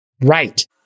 Right